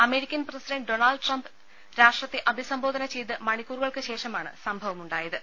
American president Donald Trump രാഷ്ട്രത്തെ അഭിസംബോധന ചെയ്ത് മണിക്കൂറുകൾക്ക് ശേഷമാണ് സംഭവമുണ്ടായത്